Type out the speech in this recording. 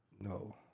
No